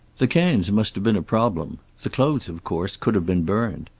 the cans must have been a problem the clothes, of course, could have been burned.